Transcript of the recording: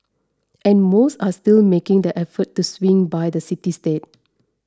and most are still making the effort to swing by the city state